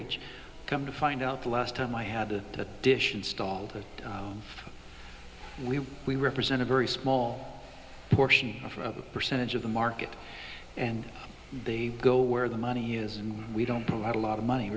overreach come to find out the last time i had that dish installed we we represent a very small portion of a percentage of the market and they go where the money is and we don't have a lot of money